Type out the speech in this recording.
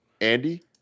Andy